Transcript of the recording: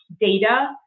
data